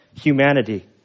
humanity